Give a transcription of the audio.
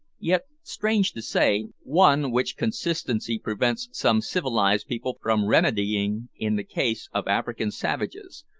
yet, strange to say, one which consistency prevents some civilised people from remedying in the case of african savages,